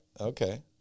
Okay